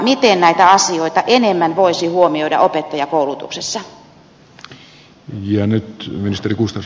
miten näitä asioita voisi enemmän huomioida opettajakoulutuksessa